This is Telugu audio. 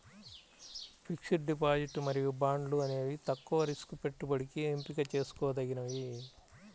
ఫిక్స్డ్ డిపాజిట్ మరియు బాండ్లు అనేవి తక్కువ రిస్క్ పెట్టుబడికి ఎంపిక చేసుకోదగినవి